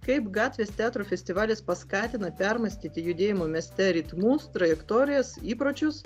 kaip gatvės teatro festivalis paskatino permąstyti judėjimo mieste ritmus trajektorijas įpročius